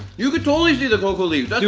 you could totally see the coca leaves.